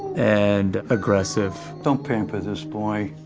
and aggressive. don't pamper this boy.